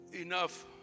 enough